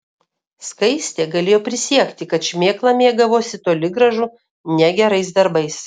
skaistė galėjo prisiekti kad šmėkla mėgavosi toli gražu ne gerais darbais